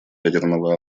ядерного